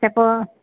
त पोइ